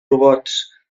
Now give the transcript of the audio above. robots